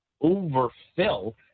overfill